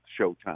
Showtime